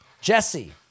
Jesse